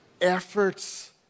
efforts